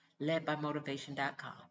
ledbymotivation.com